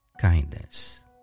kindness